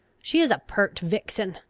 she is a pert vixen!